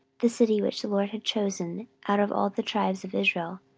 the city which the lord had chosen out of all the tribes of israel,